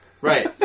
Right